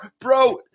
bro